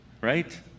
right